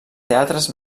teatres